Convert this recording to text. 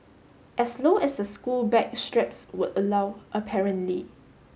as low as the school bag straps would allow apparently